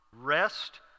rest